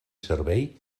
servei